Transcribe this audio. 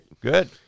good